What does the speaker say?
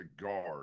guard